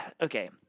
okay